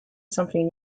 something